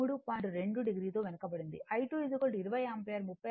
2 o తో వెనుకబడింది I2 20 ampere 36